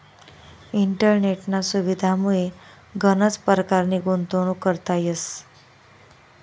इंटरनेटना सुविधामुये गनच परकारनी गुंतवणूक करता येस